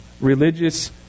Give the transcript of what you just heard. religious